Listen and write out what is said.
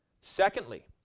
Secondly